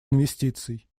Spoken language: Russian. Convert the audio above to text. инвестиций